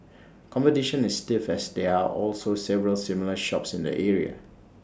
competition is stiff as there are also several similar shops in the area